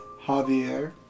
javier